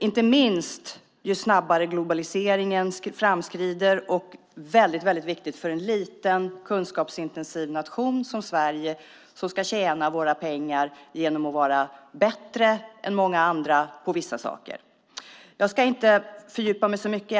inte minst när globaliseringen framskrider allt snabbare. De är väldigt viktiga för en liten, kunskapsintensiv nation som Sverige som ska tjäna pengar genom att vara bättre än många andra på vissa saker. Jag ska inte fördjupa mig så mycket.